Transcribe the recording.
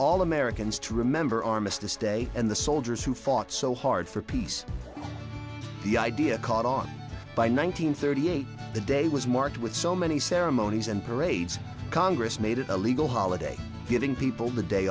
all americans to remember armistice day and the soldiers who fought so hard for peace the idea caught on by nine hundred thirty eight a day was marked with so many ceremonies and parades congress made it a legal holiday giving people the day